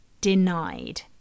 denied